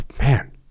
man